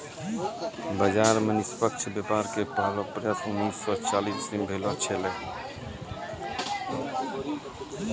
बाजार मे निष्पक्ष व्यापार के पहलो प्रयास उन्नीस सो चालीस इसवी भेलो छेलै